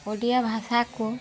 ଓଡ଼ିଆ ଭାଷା କୁ